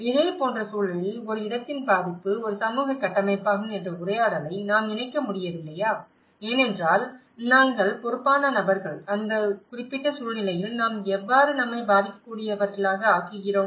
இதேபோன்ற சூழலில் ஒரு இடத்தின் பாதிப்பு ஒரு சமூக கட்டமைப்பாகும் என்ற உரையாடலை நாம் இணைக்க முடியவில்லையா ஏனென்றால் நாங்கள் பொறுப்பான நபர்கள் அந்த குறிப்பிட்ட சூழ்நிலையில் நாம் எவ்வாறு நம்மை பாதிக்கக்கூடியவர்களாக ஆக்குகிறோம்